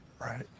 right